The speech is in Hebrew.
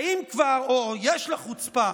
אין לך חוצפה?